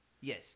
Yes